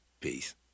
peace